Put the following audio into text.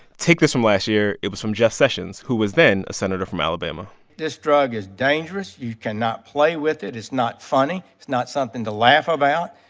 take this from last year. it was from jeff sessions, who was then a senator from alabama this drug is dangerous. you cannot play with it. it's not funny. it's not something to laugh ah about.